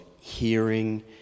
hearing